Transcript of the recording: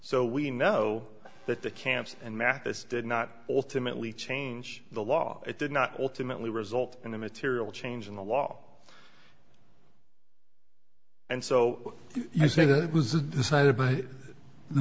so we know that the camps and mathis did not ultimately change the law it did not alternately result in a material change in the law and so you say that it was decided by the